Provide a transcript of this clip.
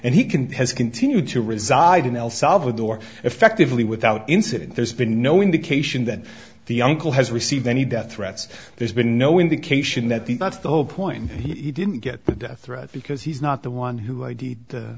and he can continue to reside in el salvador effectively without incident there's been no indication that the uncle has received any death threats there's been no indication that the that's the whole point he didn't get the death threat because he's not the one who i d